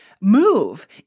move